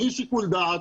בלי שיקול דעת